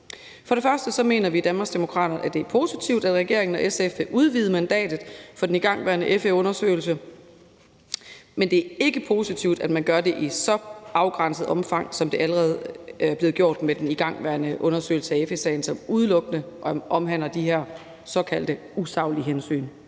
Danmarksdemokraterne, at det er positivt, at regeringen og SF vil udvide mandatet for den igangværende FE-undersøgelse, men det er ikke positivt, at man gør det i et så afgrænset omfang, som det allerede er blevet gjort med den igangværende undersøgelse af FE-sagen, som udelukkende omhandler de her såkaldte usaglige hensyn.